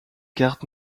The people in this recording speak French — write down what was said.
cartes